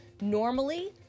Normally